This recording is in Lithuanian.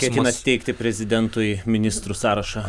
ketinat teikti prezidentui ministrų sąrašą